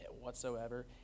whatsoever